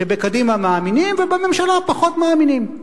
שבקדימה מאמינים בו ובממשלה פחות מאמינים בו.